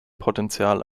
potenzial